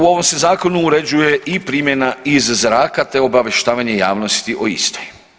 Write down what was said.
U ovom se zakonu uređuje i primjena iz zraka te obavještavanje javnosti o istoj.